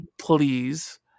please